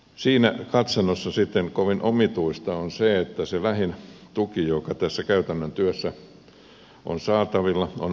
siinä katsannossa kovin omituista on se että se lähin tuki joka tässä käytännön työssä on saatavilla on oma avustaja